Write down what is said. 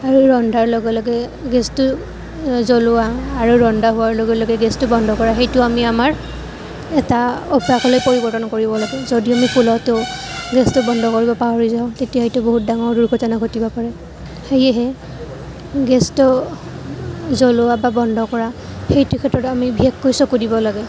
আৰু ৰন্ধাৰ লগে লগে গেছটোও জ্বলোৱা আৰু ৰন্ধা হোৱাৰ লগে লগে গেছটো বন্ধ কৰা সেইটো আমি আমাৰ এটা অভ্যাসলৈ পৰিৱৰ্তন কৰিব লাগে যদি আমি ভুলতো গেছটো বন্ধ কৰিব পাহৰি যাওঁ তেতিয়া হয়তো বহুত ডাঙৰ দুৰ্ঘটনা ঘটিব পাৰে সেয়েহে গেছটো জ্বলোৱা বা বন্ধ কৰা সেইটো ক্ষেত্ৰত আমি বিশেষকৈ চকু দিব লাগে